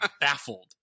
baffled